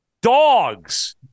Dogs